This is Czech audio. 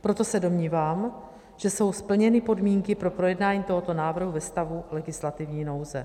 Proto se domnívám, že jsou splněny podmínky pro projednání tohoto návrhu ve stavu legislativní nouze.